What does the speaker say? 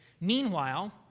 Meanwhile